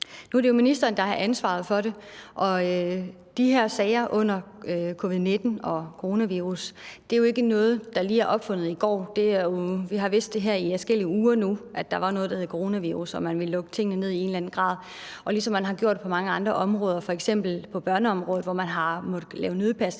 Nu er det jo ministeren, der har ansvaret for det, og de her sager under covid-19 og coronavirussen er jo ikke nogle, der er opfundet i går. Vi har vidst i adskillige uger, at der er noget, der hedder coronavirus, og at man i en eller anden grad ville lukke tingene ned, ligesom man har gjort på mange andre områder, f.eks. på børneområdet, hvor man har måttet lave nødpasning.